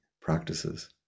practices